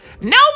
No